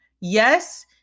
Yes